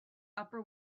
upper